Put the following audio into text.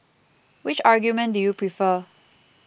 which argument do you prefer